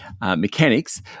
mechanics